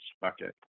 bucket